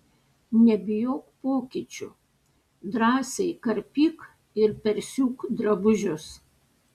nebijok pokyčių drąsiai karpyk ir persiūk drabužius